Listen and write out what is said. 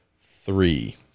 three